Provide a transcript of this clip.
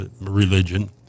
religion